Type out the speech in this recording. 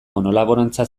monolaborantza